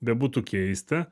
bebūtų keista